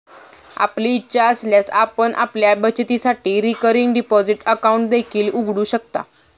आपली इच्छा असल्यास आपण आपल्या बचतीसाठी रिकरिंग डिपॉझिट अकाउंट देखील उघडू शकता